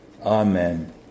Amen